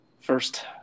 first